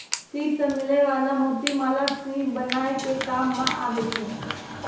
सिप सें मिलै वला मोती माला सिनी बनाय के काम में आबै छै